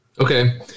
Okay